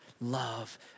love